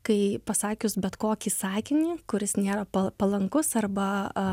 kai pasakius bet kokį sakinį kuris nėra pa palankus arba